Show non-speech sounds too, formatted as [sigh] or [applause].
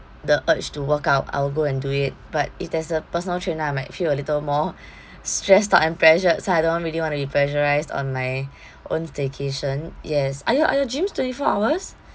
the urge to workout I'll go and do it but if there's a personal trainer I might feel a little more [breath] stressed out and pressured so I don't want really want to pressurize on my [breath] own staycation yes are your are your gyms twenty four hours